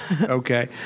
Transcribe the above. Okay